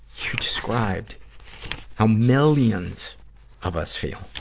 you described how millions of us feel.